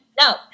no